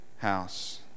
house